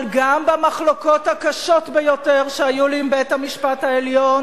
אבל גם במחלוקות הקשות ביותר שהיו לי עם בית-המשפט העליון